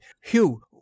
Hugh